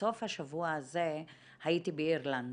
בסוף השבוע הזה הייתי באירלנד